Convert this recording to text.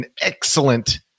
excellent